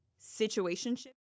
situationship